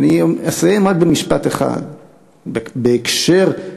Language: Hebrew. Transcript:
ואסיים רק במשפט אחד בהקשר של החוק: